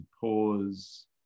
pause